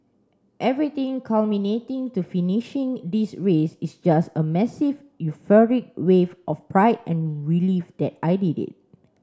everything culminating to finishing this race is just a massive euphoric wave of pride and relief that I did it